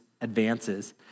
advances